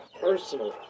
personally